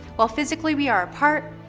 while physically we are apart,